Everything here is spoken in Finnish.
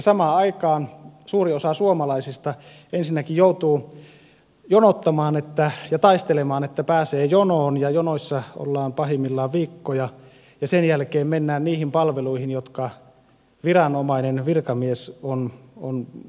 samaan aikaan suuri osa suomalaisista ensinnäkin joutuu jonottamaan taistelemaan että pääsee jonoon ja jonoissa ollaan pahimmillaan viikkoja ja sen jälkeen mennään niihin palveluihin jotka viranomainen virkamies on osoittanut